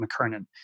McKernan